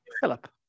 Philip